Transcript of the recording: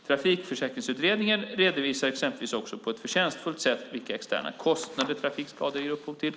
Trafikförsäkringsutredningen redovisar exempelvis också på ett förtjänstfullt sätt vilka externa kostnader som trafikskador ger upphov till.